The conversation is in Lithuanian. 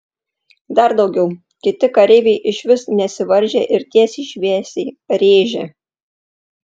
dar daugiau kiti kareiviai išvis nesivaržė ir tiesiai šviesiai rėžė